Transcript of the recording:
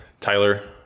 Tyler